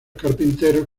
carpinteros